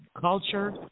culture